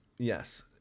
Yes